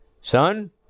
son